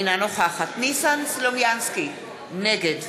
אינה נוכחת ניסן סלומינסקי, נגד